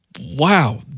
wow